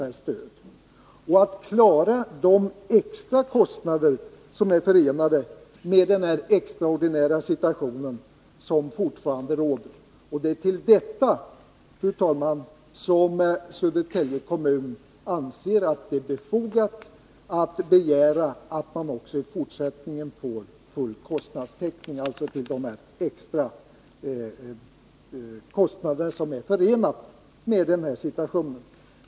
Det gäller att klara de extra kostnader som är förenade med den här extraordinära situationen som fortfarande råder, och det är för detta, fru talman, som Södertälje kommun anser att det är befogat att begära att man också i fortsättningen får full kostnadstäckning. Jag upprepar att det är fråga om de extra kostnader som är förenade med den här situationen.